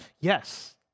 Yes